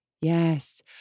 Yes